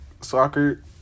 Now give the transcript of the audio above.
soccer